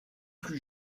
plus